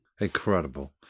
incredible